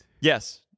Yes